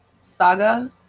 saga